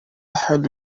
حال